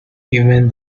even